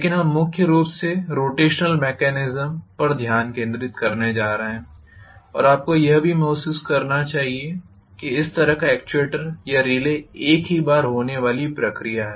लेकिन हम मुख्य रूप से रोटेशनल मैकेनिज्म पर ध्यान केंद्रित करने जा रहे हैं और आपको यह भी महसूस करना चाहिए कि इस तरह का एक्ट्यूएटर या रिले एक ही बार होने वाली प्रक्रिया है